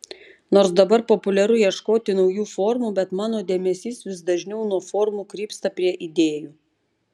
nors dabar populiaru ieškoti naujų formų bet mano dėmesys vis dažniau nuo formų krypsta prie idėjų